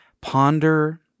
ponder